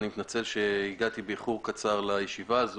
אני מתנצל שהגעתי באיחור קצר לישיבה.